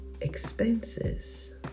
expenses